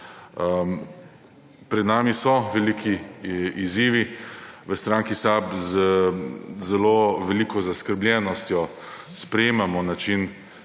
Pred nami so veliki izzivi, v stranki SAB z zelo veliko zaskrbljenostjo sprejemamo način,